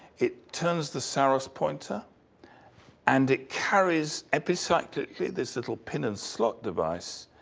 it turns the saros pointer and it carries epicyclically this little pin and slot device,